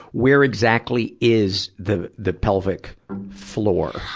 where exactly is the, the pelvic floor?